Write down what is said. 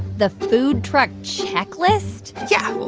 the food truck checklist? yeah.